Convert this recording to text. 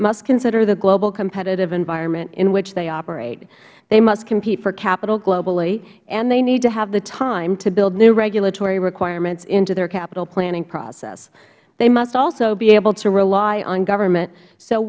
must consider the global competitive environment in which they operate they must compete for capital globally and they need to have the time to build new regulatory requirements into their capital planning process they must also be able to rely on government so